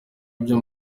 ibyo